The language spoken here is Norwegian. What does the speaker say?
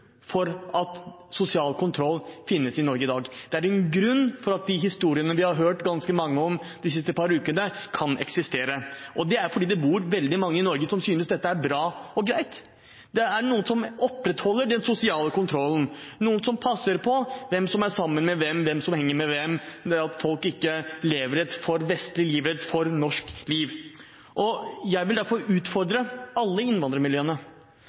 at de historiene vi har hørt ganske mange av de siste ukene, kan eksistere. Det er fordi det bor veldig mange i Norge som synes dette er bra og greit. Det er noen som opprettholder den sosiale kontrollen, noen som passer på hvem som er sammen med hvem og hvem som henger med hvem, og at folk ikke lever et for vestlig eller et for norsk liv. Jeg vil derfor utfordre alle innvandrermiljøene,